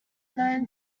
known